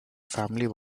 family